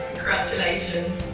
Congratulations